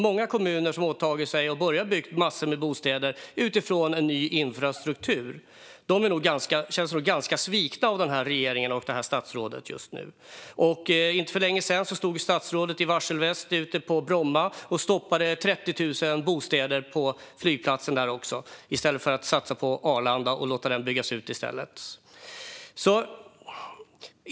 Många kommuner so har åtagit sig att bygga och har börjat bygga massor med bostäder utifrån en ny infrastruktur. De känner sig nog ganska svikna av regeringen och statsrådet just nu. För inte länge sedan stod statsrådet också i varselväst ute på Bromma flygplats och stoppade byggandet av 30 000 bostäder på flygplatsen där. Man kan i stället satsa på Arlanda flygplats och låta den byggas ut.